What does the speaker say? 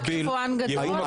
רק גדול?